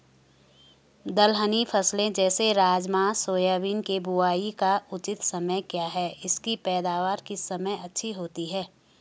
दलहनी फसलें जैसे राजमा सोयाबीन के बुआई का उचित समय क्या है इसकी पैदावार किस समय अच्छी होती है?